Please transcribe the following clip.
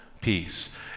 peace